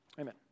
Amen